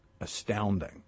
astounding